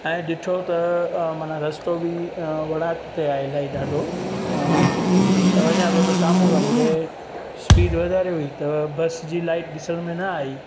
ऐं ॾिठो त माना रस्तो बि वणाक ते आहे इलाही ॾाढो त वञा पियो त साम्हूं खां मूंखे स्पीड वधारे हुई त बस जी लाइट ॾिसण में न आईं